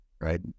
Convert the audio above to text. right